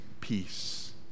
peace